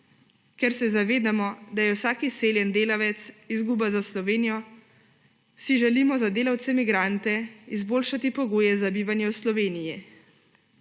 Ker se zavedamo, da je vsak izseljeni delavec izguba za Slovenijo, si želimo za delavce migrante izboljšati pogoje za bivanje v Sloveniji.